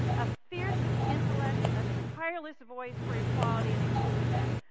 a fierce intellect, a tireless voice for equality and inclusion,